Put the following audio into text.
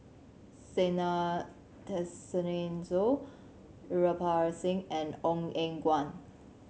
Zena Tessensohn Kirpal Singh and Ong Eng Guan